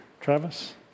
Travis